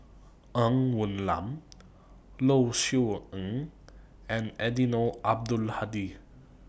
Ng Woon Lam Low Siew Nghee and Eddino Abdul Hadi